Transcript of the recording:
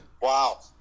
Wow